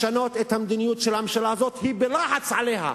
לשנות את המדיניות של הממשלה הזאת היא בלחץ עליה,